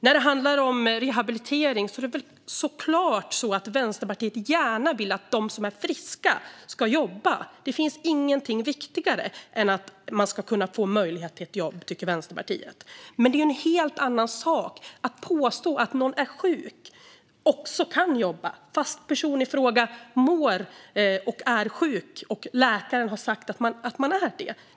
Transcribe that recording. När det handlar om rehabilitering vill Vänsterpartiet såklart gärna att de som är friska ska jobba. Det finns ingenting viktigare än att man ska få möjlighet till ett jobb, tycker Vänsterpartiet. Men det är en helt annan sak att påstå att någon som är sjuk kan jobba fast personen i fråga är sjuk och läkaren har sagt att det är så.